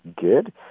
good